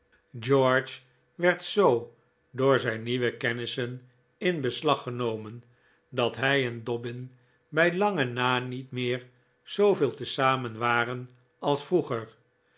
george werd zoo door zijn nieuwe kennissen in beslag genomen dat hij en dobbin bij lange na niet meer zooveel te zamen waren als vroeger